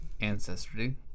ancestry